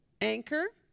Anchor